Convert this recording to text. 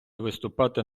виступати